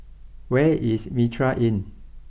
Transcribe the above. where is Mitraa Inn